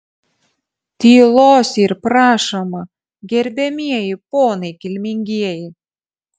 tylos yr prašoma gerbiamieji ponai kilmingieji